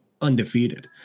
undefeated